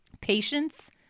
patience